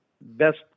best